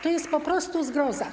To jest po prostu zgroza.